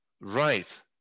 right